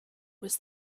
was